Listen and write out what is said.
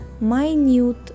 minute